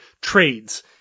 trades